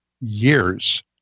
years